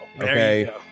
Okay